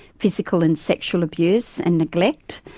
physical and sexual abuse and neglect,